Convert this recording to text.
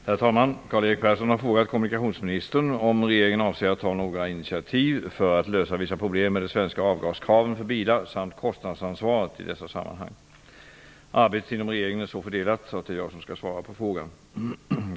Herr talman! Karl-Erik Persson har frågat kommunikationsministern om regeringen avser att ta några initiativ för att lösa vissa problem med de svenska avgaskraven för bilar samt kostnadsansvaret i dessa sammanhang. Arbetet inom regeringen är så fördelat att det är jag som skall svara på frågan.